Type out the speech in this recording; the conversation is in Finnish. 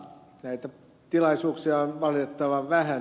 näitä tilaisuuksia on valitettavan vähän